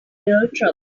trouble